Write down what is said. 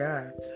God